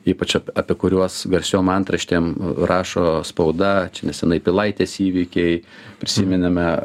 ypač apie kuriuos garsiom antraštėm rašo spauda čia nesenai pilaitės įvykiai prisimename